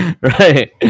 right